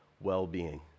well-being